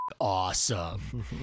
awesome